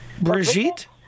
Brigitte